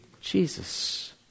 Jesus